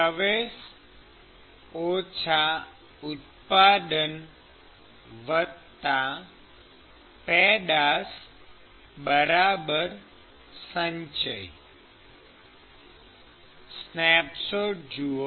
પ્રવેશ - ઉત્પાદન પેદાશ સંચય સ્નેપશોટ જુઓ